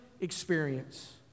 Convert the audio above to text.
experience